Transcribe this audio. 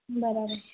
બરાબર